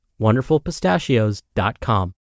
WonderfulPistachios.com